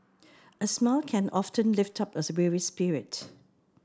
a smile can often lift up a weary spirit